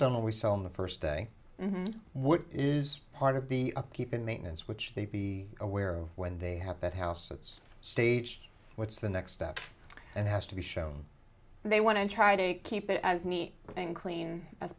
done and we saw in the first day what is part of the upkeep and maintenance which they be aware of when they have that house that's staged what's the next step and has to be shown they want to try to keep it as neat thing clean as